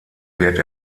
wird